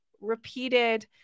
repeated